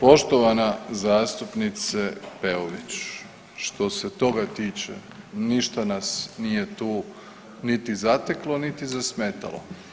Poštovana zastupnice Peović, što se toga tiče ništa nas nije tu niti zateklo niti zasmetalo.